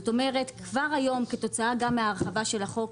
כלומר כבר היום כתוצאה מהרחבת החוק,